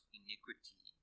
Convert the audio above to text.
iniquity